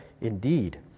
indeed